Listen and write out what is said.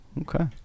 Okay